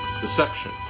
deception